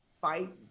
fight